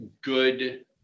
good